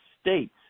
states